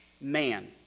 man